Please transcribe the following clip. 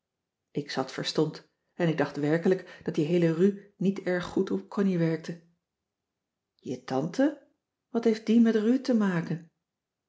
ik zat verstomd en ik dacht werkelijk dat die heele ru niet erg goed op connie werkte je tante wat heeft die met ru te maken